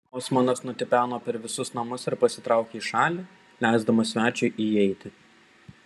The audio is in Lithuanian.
osmanas nutipeno per visus namus ir pasitraukė į šalį leisdamas svečiui įeiti